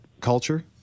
culture